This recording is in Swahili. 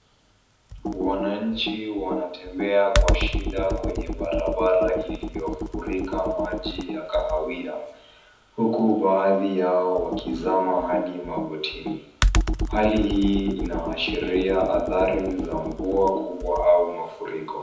Wananchi wanatembea kwa shida kwenye barabara iliyofurika maji ya kahawia huku baadhi yao wakizama hadi magotini. Hali hii inaashiria adhari za mvua kubwa au mafuriko.